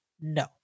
no